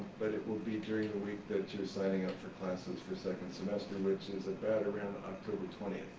but it will be during week that you're signing up for classes for second semester, which is about around october twenty,